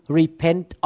repent